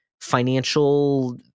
financial